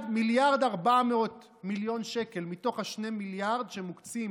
1.4 מיליארד שקלים מתוך 2 מיליארד שמוקצים